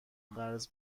قرض